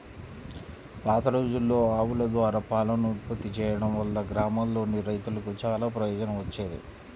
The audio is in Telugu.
పాతరోజుల్లో ఆవుల ద్వారా పాలను ఉత్పత్తి చేయడం వల్ల గ్రామాల్లోని రైతులకు చానా ప్రయోజనం వచ్చేది